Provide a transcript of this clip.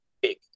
big